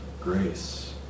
grace